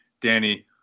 Danny